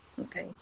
Okay